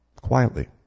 quietly